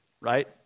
right